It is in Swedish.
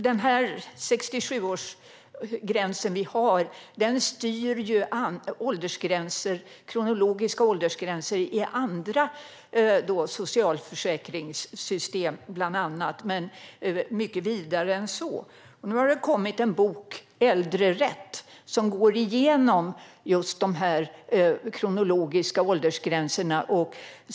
Den 67-årsgräns som vi har styr kronologiska åldersgränser i andra socialförsäkringssystem, bland annat, men mycket vidare än så. Nu har det kommit en bok, Äldrerätt , som går igenom de kronologiska åldersgränserna.